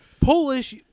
Polish